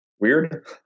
Weird